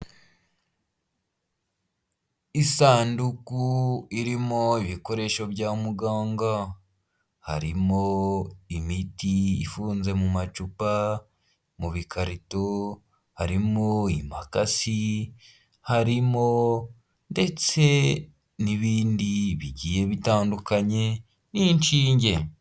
Isanduku irimo ibikoresho bya muganga. Harimo imiti ifunze mu macupa, mu bikarito, harimo impakasi, harimo ndetse n'ibindi bigiye bitandukanye n'inshinge.